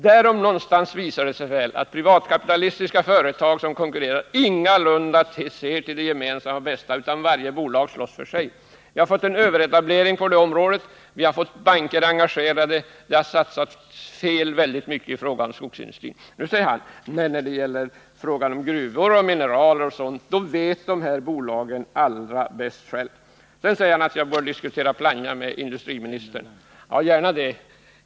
Där om någonstans visar det sig väl att privatkapitalistiska företag som konkurrerar ingalunda ser till det gemensamma bästa, utan varje bolag slåss för sig. Vi har fått en överetablering på området, banker har engagerat sig, och det har satsats fel väldigt mycket i skogsindustrin. Nu säger han att när det gäller gruvor, mineraler och sådant vet dessa bolag allra bäst själva. Han säger också att jag bör diskutera Plannja med industriministern. Ja, gärna det!